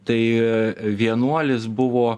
tai vienuolis buvo